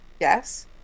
Yes